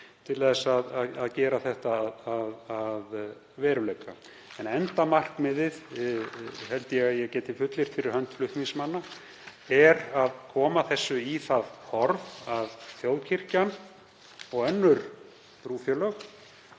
til að gera þetta að veruleika. En endamarkmiðið, held ég að ég geti fullyrt fyrir hönd flutningsmanna, er að koma þessu í það horf að þjóðkirkjan og önnur trúfélög,